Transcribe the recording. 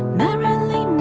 merrily,